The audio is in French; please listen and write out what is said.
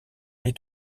est